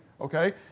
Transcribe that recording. okay